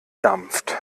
dampft